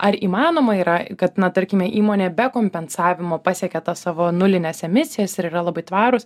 ar įmanoma yra kad na tarkime įmonė be kompensavimo pasiekia tas savo nulines emisijas ir yra labai tvarūs